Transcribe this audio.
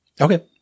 Okay